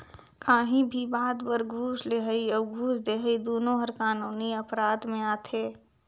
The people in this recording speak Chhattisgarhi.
काहीं भी बात बर घूस लेहई अउ घूस देहई दुनो हर कानूनी अपराध में आथे